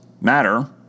Matter